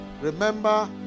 remember